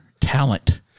talent